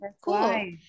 Cool